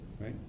right